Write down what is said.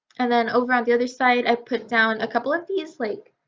and then over on the other side i put down a couple of these like